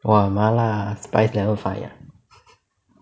!wah! 麻辣 spice level five ah